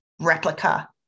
replica